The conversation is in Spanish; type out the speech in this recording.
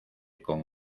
con